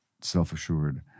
self-assured